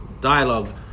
dialogue